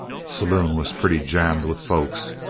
saloon was pretty jammed with folks,